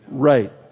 Right